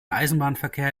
eisenbahnverkehr